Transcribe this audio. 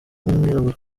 w’umwirabura